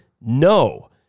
no